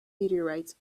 meteorites